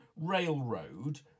railroad